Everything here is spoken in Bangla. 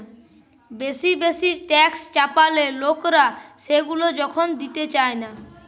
বেশি বেশি ট্যাক্স চাপালে লোকরা সেগুলা যখন দিতে চায়না